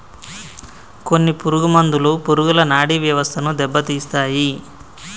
కొన్ని పురుగు మందులు పురుగుల నాడీ వ్యవస్థను దెబ్బతీస్తాయి